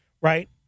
right